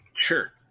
Sure